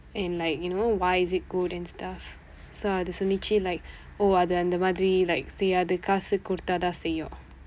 and like you know why is it good and stuff so அது சொன்னது:athu sonnathu like oh அது அந்த மாதிரி:athu andtha maathiri like செய்யாது காசு கொடுத்தால்தான் செய்யும்:seyyaathu kaasu koduththaalthaan seyyum